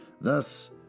Thus